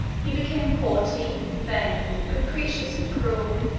he became haughty, vain, capricious, and cruel.